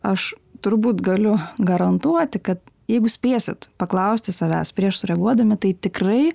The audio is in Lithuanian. aš turbūt galiu garantuoti kad jeigu spėsit paklausti savęs prieš sureaguodami tai tikrai